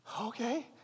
Okay